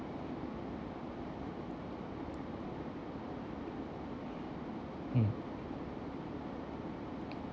hmm